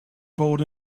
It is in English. boat